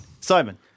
Simon